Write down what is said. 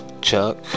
Chuck